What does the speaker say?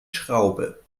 schraube